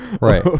Right